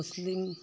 मुस्लिम